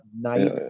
nice